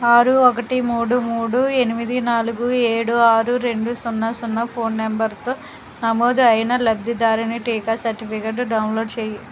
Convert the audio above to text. ఆరు ఒకటి మూడు మూడు ఎనిమిది నాలుగు ఏడు ఆరు రెండు సున్నా సున్నా ఫోన్ నంబరుతో నమోదు అయిన లబ్ధిదారుని టీకా సర్టిఫికేటు డౌన్లోడ్ చేయి